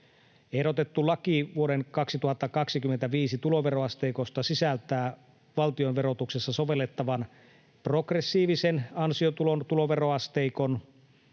Ehdotettu laki vuoden 2025 tuloveroasteikosta sisältää valtionverotuksessa sovellettavan progressiivisen ansiotulon tuloveroasteikon.